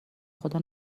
خدا